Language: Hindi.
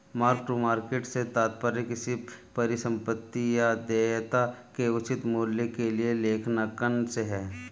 मार्क टू मार्केट से तात्पर्य किसी परिसंपत्ति या देयता के उचित मूल्य के लिए लेखांकन से है